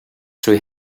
three